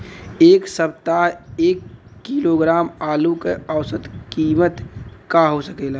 एह सप्ताह एक किलोग्राम आलू क औसत कीमत का हो सकेला?